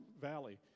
valley